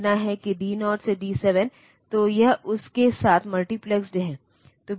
processor में कुछ रजिस्टरों को कुछ विशेष मान मिलेंगे कुछ अर्थों में इसका मतलब होगा कि प्रोसेसर ऑपरेशन को फिर से शुरू कर रहा है